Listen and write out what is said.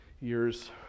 years